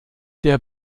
der